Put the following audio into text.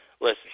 listen